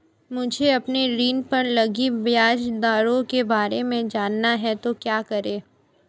मुझे अपने ऋण पर लगी ब्याज दरों के बारे में जानना है तो क्या करें?